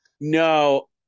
no